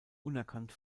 unerkannt